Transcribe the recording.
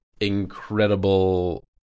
incredible